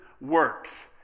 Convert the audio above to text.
works